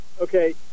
Okay